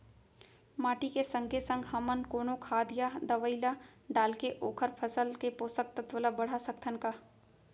माटी के संगे संग हमन कोनो खाद या दवई ल डालके ओखर फसल के पोषकतत्त्व ल बढ़ा सकथन का?